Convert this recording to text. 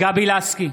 גבי לסקי,